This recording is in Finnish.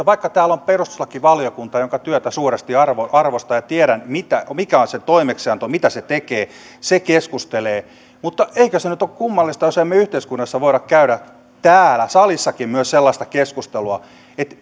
vaikka täällä on perustuslakivaliokunta jonka työtä suuresti arvostan ja tiedän mikä on se toimeksianto mitä se tekee se keskustelee niin eikö se nyt ole kummallista jos emme yhteiskunnassa täällä salissa myös voi käydä sellaista keskustelua että